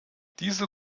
diese